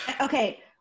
Okay